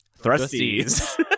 thrusties